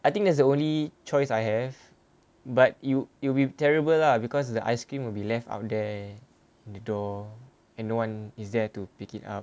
I think that's the only choice I have but it'll it'll be terrible lah because the ice cream will be left out there the door and no one is there to pick it up